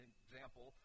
example